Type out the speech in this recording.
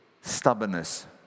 Stubbornness